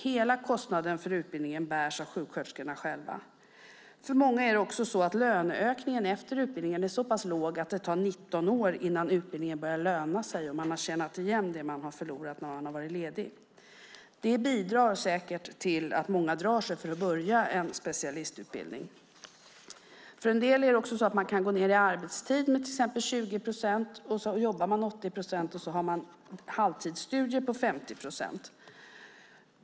Hela kostnaden för utbildningen bärs av sjuksköterskorna själva. För många är löneökningen efter utbildningen så pass låg att det tar 19 år innan utbildningen börjar löna sig och man har tjänat in det som man har förlorat när man har varit ledig. Det bidrar säkert till att många drar sig för att börja en specialistutbildning. En del personer kan gå ned 20 procent i arbetstid, jobba 80 procent och studera på halvtid, alltså 50 procent.